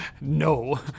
no